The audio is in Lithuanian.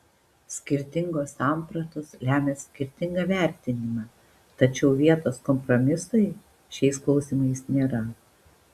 skirtingos sampratos lemia skirtingą vertinimą tačiau vietos kompromisui šiais klausimais nėra